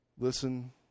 Listen